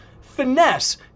finesse